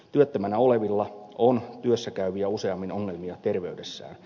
työttömänä olevilla on työssä käyviä useammin ongelmia terveydessään